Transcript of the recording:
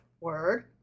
word